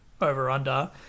over-under